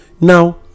now